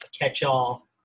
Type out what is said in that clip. catch-all